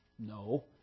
No